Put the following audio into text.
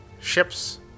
ships